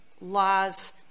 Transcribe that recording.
laws